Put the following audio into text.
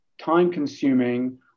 time-consuming